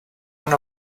one